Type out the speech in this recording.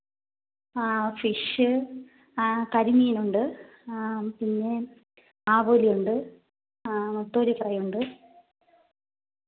ആ ഫിഷ് ആ കരിമീനുണ്ട് പിന്നെ ആവോലിയുണ്ട് നത്തോലി ഫ്രൈയുണ്ട്